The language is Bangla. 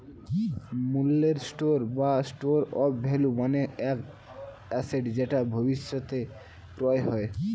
মূল্যের স্টোর বা স্টোর অফ ভ্যালু মানে এক অ্যাসেট যেটা ভবিষ্যতে ক্রয় হয়